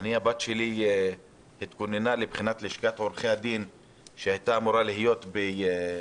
הבת שלי התכוננה ללשכת עורכי הדין שהייתה אמורה להיות באפריל-מאי,